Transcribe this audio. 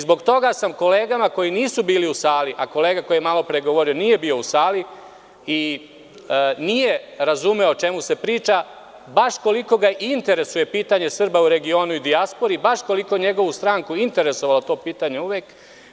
Zbog toga sam kolegama koji nisu bili u sali, a kolega koji je malopre govorio nije bio u sali i nije razumeo o čemu se priča, baš koliko ga interesuje pitanje Srba u regionu i dijaspori, baš koliko je njegovu stranku interesovalo to pitanje uvek…